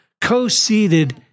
Co-seated